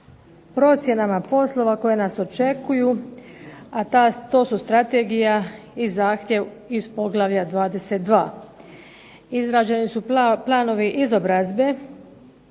procjenama poslova koje nas očekuju, a to su Strategija i zahtjev iz poglavlja 22. Izraženi su planovi izobrazbe